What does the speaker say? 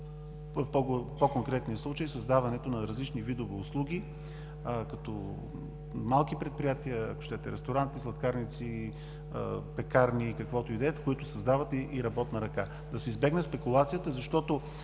трябва да бъде създаването на различни видове услуги като малки предприятия, ресторанти, сладкарници, пекарни и каквото и да е, които създават и работна ръка. Да се избегне спекулацията, защото